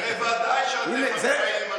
הינה, זה, בוודאי שאתם אחראים לזה.